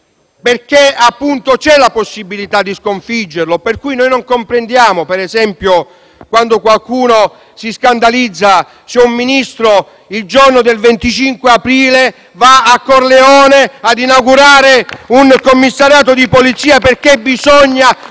perché appunto c'è la possibilità di sconfiggerla. Per cui non comprendiamo, per esempio, quando qualcuno si scandalizza se un Ministro, il giorno del 25 aprile, va a Corleone ad inaugurare un commissariato di polizia, perché bisogna